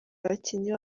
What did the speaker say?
abakinnyi